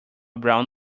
brown